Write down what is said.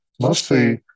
mostly